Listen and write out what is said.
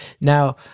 Now